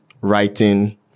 writing